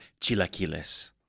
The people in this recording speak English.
chilaquiles